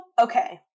okay